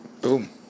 Boom